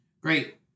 Great